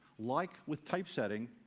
like with typesetting,